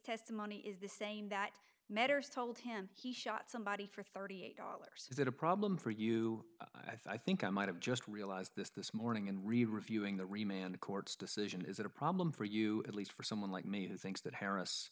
testimony is the same that matters told him he shot somebody for thirty eight dollars is that a problem for you i think i might have just realized this this morning and reviewing that remain the court's decision is it a problem for you at least for someone like me who thinks that harris